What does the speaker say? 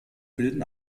bilden